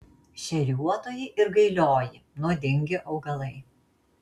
šeriuotoji ir gailioji nuodingi augalai